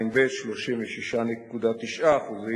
התלמידים שמסיימים עם תעודת בגרות מדעית-טכנולוגית איכותית,